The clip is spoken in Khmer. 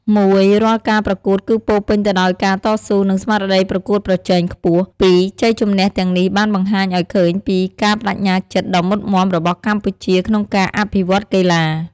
១រាល់ការប្រកួតគឺពោរពេញទៅដោយការតស៊ូ និងស្មារតីប្រកួតប្រជែងខ្ពស់។ ២ជ័យជម្នះទាំងនេះបានបង្ហាញឱ្យឃើញពីការប្តេជ្ញាចិត្តដ៏មុតមាំរបស់កម្ពុជាក្នុងការអភិវឌ្ឍកីឡា។